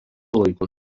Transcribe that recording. laikų